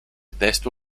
testo